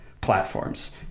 platforms